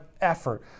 effort